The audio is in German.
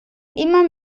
immer